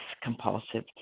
compulsive